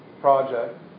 project